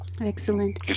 Excellent